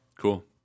Cool